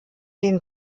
den